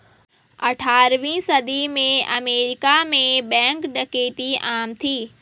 अठारहवीं सदी के अमेरिका में बैंक डकैती आम थी